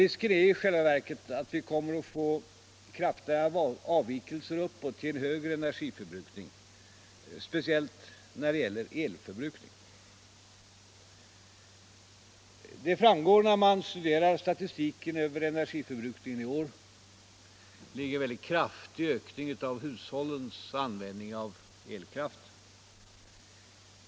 Risken är i själva verket att vi kommer att få kraftiga avvikelser uppåt till en högre energiförbrukning speciellt när det gäller elförbrukning. Det framgår när man studerar statistiken över energiförbrukningen i år. Det är en väldigt kraftig ökning av hushållens användning av elkraft.